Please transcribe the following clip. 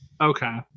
Okay